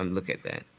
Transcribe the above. um look at that.